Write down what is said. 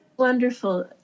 Wonderful